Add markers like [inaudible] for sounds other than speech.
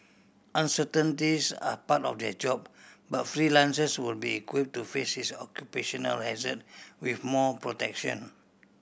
uncertainties are part of their job but [unintelligible] will be equip to face this occupational hazard with more protection